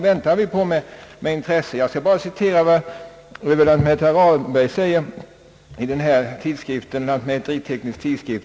Låt mig bara citera ur Svensk Lantmäteritidskrift vad överlantmätare C.